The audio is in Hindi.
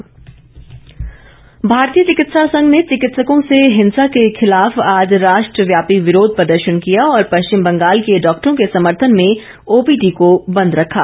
डॉक्टर हड़ताल भारतीय चिकित्सा संघ ने चिकित्सकों से हिंसा के खिलाफ आज राष्ट्रव्यापी विरोध प्रदर्शन किया और पश्चिम बंगाल के डॉक्टरों के समर्थन में ओपीडी को बंद रखा